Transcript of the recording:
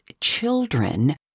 children